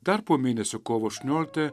dar po mėnesio kovo aštuonioliktąją